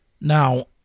now